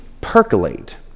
percolate